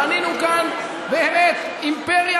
בנינו כאן באמת אימפריה,